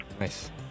Nice